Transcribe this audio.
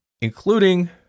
including